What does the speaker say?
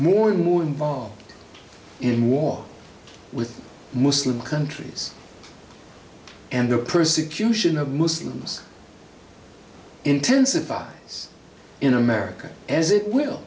more and more involved in war with muslim countries and the persecution of muslims intensified in america as it will